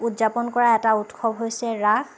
উদযাপন কৰা এটা উৎসৱ হৈছে ৰাস